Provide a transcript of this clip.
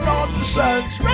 Nonsense